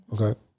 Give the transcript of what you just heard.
Okay